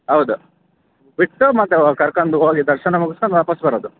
ಹೌದು ಬಿಟ್ಟು ಮತ್ತೆ ವಾ ಕರ್ಕೊಂಡು ಹೋಗಿ ದರ್ಶನ ಮುಗಿಸ್ಕೊಂಡು ವಾಪಸು ಬರೋದು